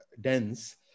dense